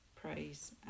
praise